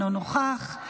אינו נוכח,